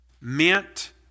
meant